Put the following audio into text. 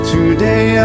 Today